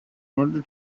order